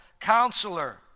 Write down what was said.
Counselor